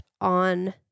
on